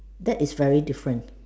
that is very different